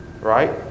Right